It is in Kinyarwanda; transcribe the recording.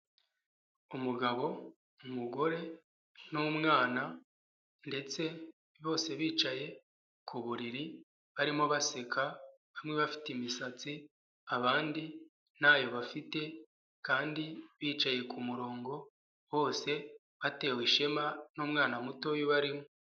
Umugabo, umugore n'umwana ndetse bose bicaye ku buriri, barimo baseka hamwe bafite imisatsi abandi ntayo bafite kandi bicaye ku murongo, bose batewe ishema n'umwana muto ubarimo.